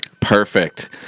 Perfect